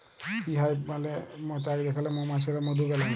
bee hive মালে মচাক যেখালে মমাছিরা মধু বেলায়